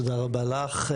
תודה רבה לך.